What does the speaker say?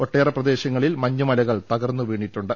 ഒട്ടേറെ പ്രദേശങ്ങളിൽ മഞ്ഞുമലകൾ തകർന്നുവീണിട്ടുണ്ട്